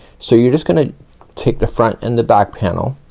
so you're just gonna take the front and the back panel,